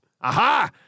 Aha